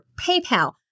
PayPal